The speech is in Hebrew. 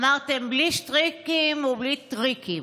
אמרתם: בלי שטיקים ובלי טריקים.